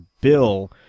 bill